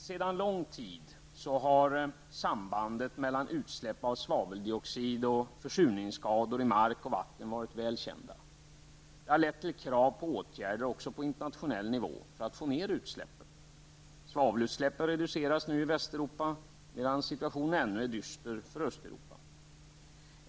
Sedan lång tid har sambandet mellan utsläpp av svaveldioxid och försurningsskador i mark och vatten varit väl kända. Det har lett till krav på åtgärder även på internationell nivå för att få ner utsläppsmängden. Svavelutsläppen reduceras nu i Västeuropa, medan situationen ännu är dyster för Östeuropa.